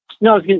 No